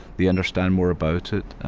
they understand more about it,